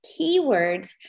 keywords